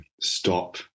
stop